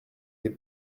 fait